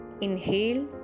inhale